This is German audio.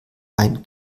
ein